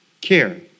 care